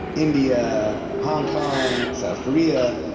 india, hong kong, south korea.